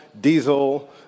diesel